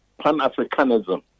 Pan-Africanism